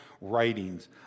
writings